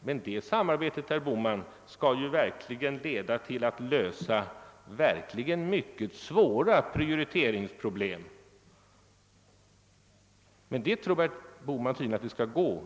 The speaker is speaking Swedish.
Men det samarbetet, herr Bohman, skall verkligen leda till att lösa mycket svåra prioriteringsproblem. Herr Bohman tror tydligen att det skall gå.